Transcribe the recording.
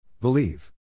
Believe